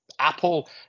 Apple